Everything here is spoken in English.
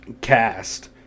Cast